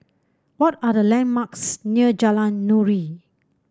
what are the landmarks near Jalan Nuri